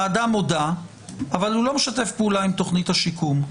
האדם הודה אבל הוא לא משתף פעולה עם תוכנית השיקום.